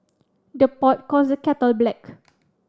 the pot calls the kettle black